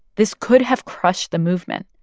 this could have crushed the movement.